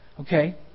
Okay